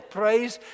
praise